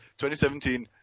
2017